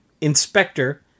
inspector